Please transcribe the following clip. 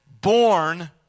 born